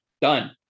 done